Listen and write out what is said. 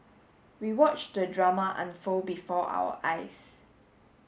we watched the drama unfold before our eyes